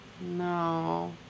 No